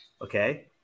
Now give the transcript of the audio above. Okay